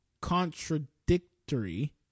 contradictory